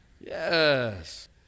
Yes